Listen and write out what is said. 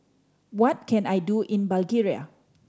what can I do in Bulgaria